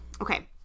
okay